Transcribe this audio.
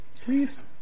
Please